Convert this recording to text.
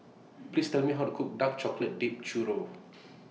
Please Tell Me How to Cook Dark Chocolate Dipped Churro